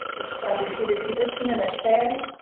find a seated position in a chair.